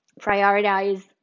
prioritize